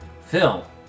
Phil